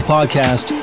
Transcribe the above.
Podcast